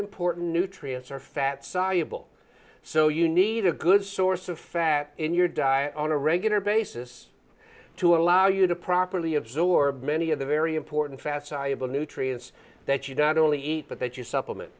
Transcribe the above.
important nutrients are fat soluble so you need a good source of fat in your diet on a regular basis to allow you to properly absorb many of the very important fast sayable nutrients that you don't only eat but that you